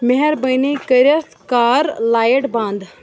مہربٲنی کٔرِتھ کر لایٹ بنٛد